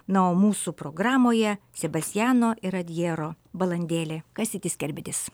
na o mūsų programoje sebastiano iradjero balandėlė kastytis kerbedis